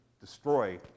destroy